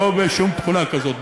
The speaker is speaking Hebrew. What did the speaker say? לא בשום תכונה כזאת.